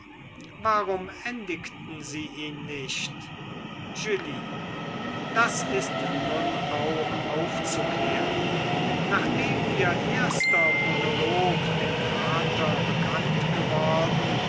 warum endigten sie ihn nicht julie das ist nun auch aufzuklären nachdem ihr erster monolog dem vater bekannt geworden